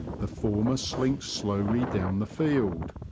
the former slinks slowly down the field,